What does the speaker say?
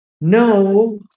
no